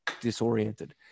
disoriented